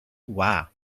tua